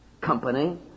Company